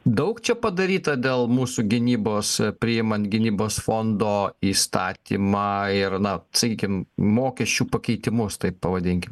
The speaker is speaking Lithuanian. daug čia padaryta dėl mūsų gynybos priimant gynybos fondo įstatymą ir na sakykim mokesčių pakeitimus taip pavadinkim